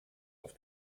auf